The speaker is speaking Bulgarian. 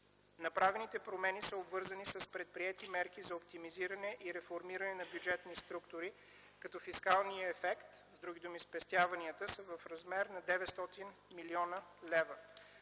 Направените промени са обвързани с предприети мерки за оптимизиране и реформиране на бюджетни структури, като фискалният ефект, с други думи спестяванията, са в размер на 900 млн. лв.